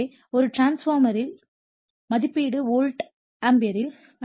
எனவே ஒரு டிரான்ஸ்பார்மர்யின் மதிப்பீடு வோல்ட் ஆம்பியரில்